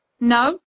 No